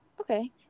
Okay